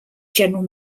general